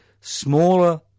smaller